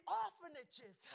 orphanages